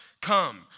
come